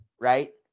right